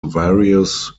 various